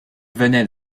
venait